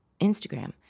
Instagram